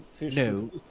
No